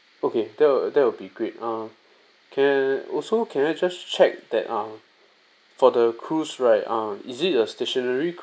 okay that'll that'll be great uh can also can I just check that uh for the cruise right uh is it a stationary